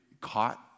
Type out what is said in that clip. caught